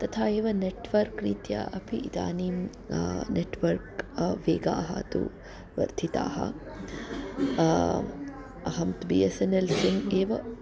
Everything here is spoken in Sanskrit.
तथा एव नेट्वर्क् रीत्या अपि इदानीं नेट्वर्क् वेगः तु वर्धितः अहं तु B S N L SIM एव